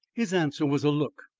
his answer was a look,